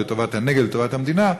לטובת הנגב ולטובת המדינה,